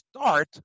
start